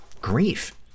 grief